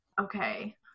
Okay